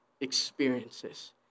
experiences